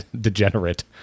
degenerate